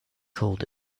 cold